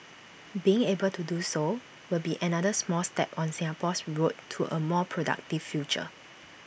being able to do so will be another small step on Singapore's road to A more productive future